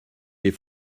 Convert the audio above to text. les